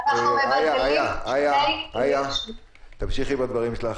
אנחנו מבלבלים --- איה, תמשיכי בדברייך.